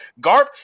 Garp